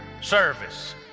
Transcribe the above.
service